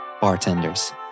bartenders